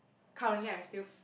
currently I'm still